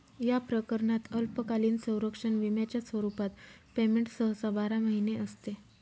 या प्रकरणात अल्पकालीन संरक्षण विम्याच्या स्वरूपात पेमेंट सहसा बारा महिने असते